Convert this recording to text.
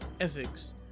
ethics